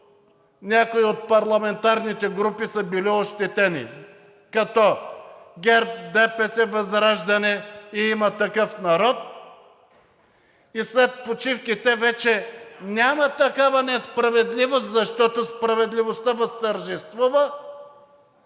някои от парламентарните групи са били ощетени, като ГЕРБ, ДПС, ВЪЗРАЖДАНЕ и „Има такъв народ“, и след почивките вече няма такава несправедливост, защото справедливостта възтържествува,